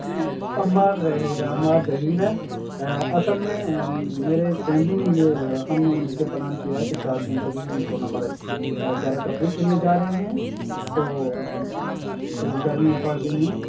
عمار ظہیر ہے عمار ظہیر ہے اصل میں میرے فیملی نے یہ ہم نے مل کے پلان کیا ہے کہ چار دن کے لیے ہم سونا مرگ سیر و تفریح کے لیے جا رہے ہیں تو تو گرمیاں پڑ گئی ہیں